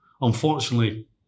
Unfortunately